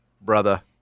brother